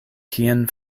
kien